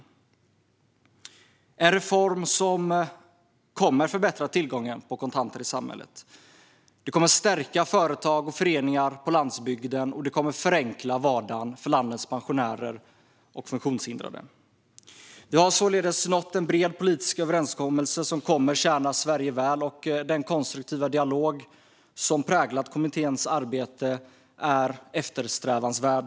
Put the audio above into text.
Det är en reform som kommer att förbättra tillgången på kontanter i samhället. Det kommer att stärka företag och föreningar på landsbygden. Det kommer också att förenkla vardagen för landets pensionärer och funktionshindrade. Vi har således nått en bred politisk överenskommelse som kommer att tjäna Sverige väl. Den konstruktiva dialog som har präglat kommitténs arbete är eftersträvansvärd.